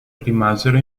rimasero